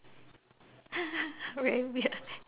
very weird